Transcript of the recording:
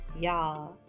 Y'all